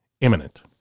imminent